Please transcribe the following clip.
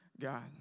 God